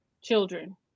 children